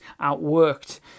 outworked